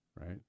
right